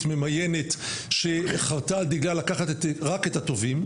ממיינת שחרתה על דגלה לקחת רק את הטובים,